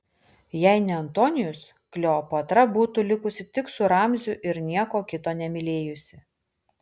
jei ne antonijus kleopatra būtų likusi tik su ramziu ir nieko kito nemylėjusi